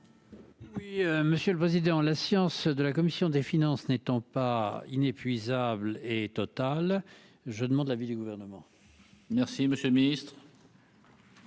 Oui, monsieur le Président, la science de la commission des finances n'étant pas inépuisable et total, je demande l'avis du gouvernement. Merci, monsieur le Ministre.